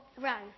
run